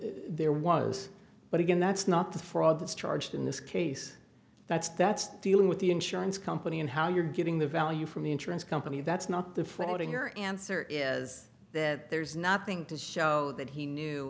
there was but again that's not the fraud that's charged in this case that's that's dealing with the insurance company and how you're getting the value from the insurance company that's not the fraud in your answer is that there's nothing to show that he knew